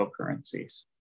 cryptocurrencies